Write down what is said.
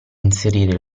inserire